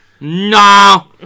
no